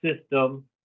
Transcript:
system